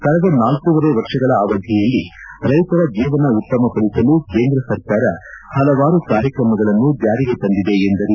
ಕಳೆದ ನಾಲ್ಕೂವರೆ ವರ್ಷಗಳ ಅವಧಿಯಲ್ಲಿ ರೈತರ ಜೀವನ ಉತ್ತಮ ಪಡಿಸಲು ಕೇಂದ್ರ ಸರ್ಕಾರ ಹಲವಾರು ಕಾರ್ಯಕ್ರಮಗಳನ್ನು ಜಾರಿಗೆ ತಂದಿದೆ ಎಂದರು